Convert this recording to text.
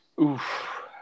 Oof